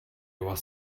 was